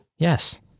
Yes